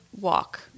walk